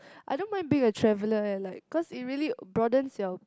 I don't mind being a traveller like cause it really broadens your